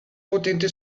potente